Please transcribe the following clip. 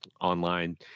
online